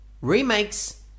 remakes